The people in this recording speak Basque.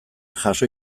jaso